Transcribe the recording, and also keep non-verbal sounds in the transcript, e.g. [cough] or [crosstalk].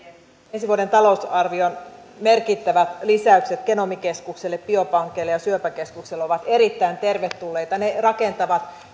ensi vuoden talousarvion merkittävät lisäykset genomikeskukselle biopankeille ja syöpäkeskukselle ovat erittäin tervetulleita ne rakentavat [unintelligible]